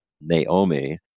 Naomi